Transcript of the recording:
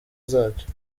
zacyo